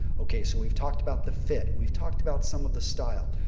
okay, so we've talked about the fit. we've talked about some of the style.